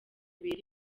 bibera